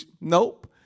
Nope